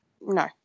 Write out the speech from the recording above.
No